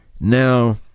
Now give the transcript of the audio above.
Now